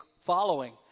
following